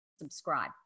subscribe